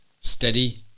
Steady